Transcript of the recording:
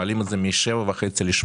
מעלים את זה מ-7.5 ל-8.5,